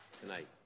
tonight